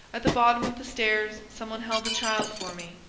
at the bottom of the stairs some one held the child for me.